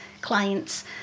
clients